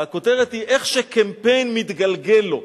והכותרת היא "איך שקמפיין מתגלגל לו".